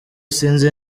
sinzi